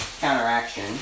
counteraction